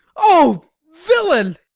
o villain!